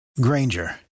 Granger